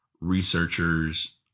researchers